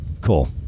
Cool